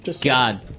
God